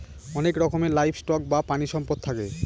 অনেক রকমের livestock বা প্রানীসম্পদ থাকে